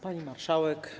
Pani Marszałek!